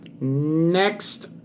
Next